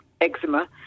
eczema